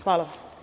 Hvala.